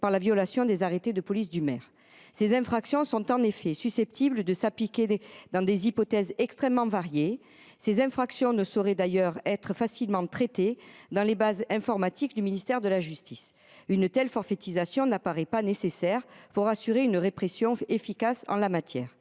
par la violation des arrêtés de police du maire. En effet, ces infractions sont susceptibles d’être constituées dans des hypothèses extrêmement variées. Elles ne sauraient d’ailleurs être facilement traitées dans les bases informatiques du ministère de la justice. En outre, une telle forfaitisation n’apparaît pas nécessaire pour assurer une répression efficace en la matière.